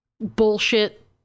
bullshit